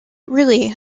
really